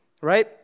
right